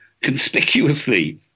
conspicuously